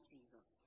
Jesus